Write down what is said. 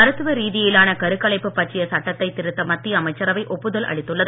மருத்துவ ரீதியிலான கருக்கலைப்பு பற்றிய சட்டத்தை திருத்த அமைச்சரவை ஒப்புதல் அளித்துள்ளது